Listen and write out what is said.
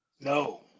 No